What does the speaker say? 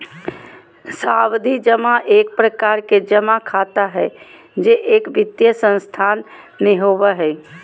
सावधि जमा एक प्रकार के जमा खाता हय जे एक वित्तीय संस्थान में होबय हय